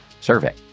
survey